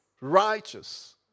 righteous